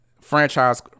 Franchise